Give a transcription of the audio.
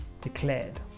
declared